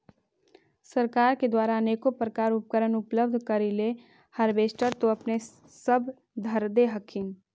सरकार के द्वारा अनेको प्रकार उपकरण उपलब्ध करिले हारबेसटर तो अपने सब धरदे हखिन?